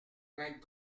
vingt